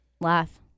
Laugh